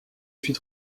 suis